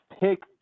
pick